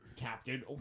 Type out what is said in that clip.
Captain